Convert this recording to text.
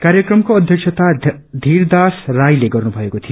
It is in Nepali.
कार्यक्रमको अध्यक्षता धीरदास राईल गर्न भएको थियो